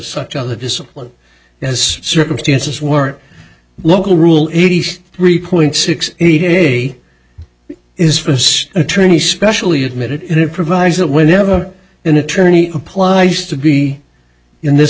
such on the discipline as circumstances were local rule eighty three point six eight eighty it is first attorney specially admitted it provides that whenever an attorney applies to be in this